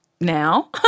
now